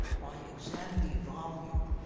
by examinee volume,